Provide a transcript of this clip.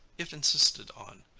if insisted on,